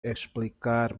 explicar